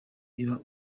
iba